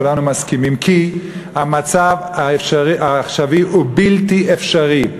כולנו מסכימים כי המצב הנוכחי הוא בלתי אפשרי.